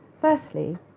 Firstly